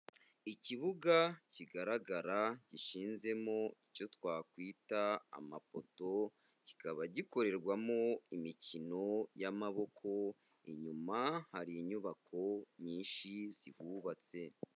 Ikibuga kigaragara gishinzemo icyo twakwita amapoto, kikaba gikorerwamo imikino y'amaboko, inyuma hari inyubako nyinshi zihubatse.